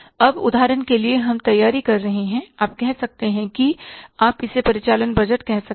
अब उदाहरण के लिए हम तैयारी कर रहे हैं आप कह सकते हैं कि आप इसे परिचालन बजट कह सकते हैं